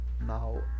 now